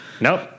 Nope